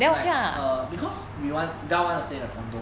like err because we want dell wants to stay in a condo